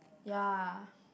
ya